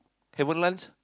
haven't lunch